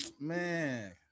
Man